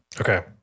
okay